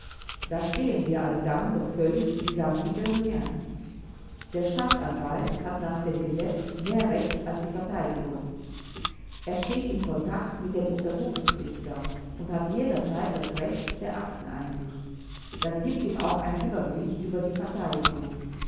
da stehen wir alsdann doch völlig vis vis de rien der staatsanwalt hat nach dem gesetz mehr recht als die verteidigung er steht im kontakt mit dem untersuchungsrichter und hat jederzeit das recht der akteneinsicht das gibt ihm auch ein übergewicht über die verteidigung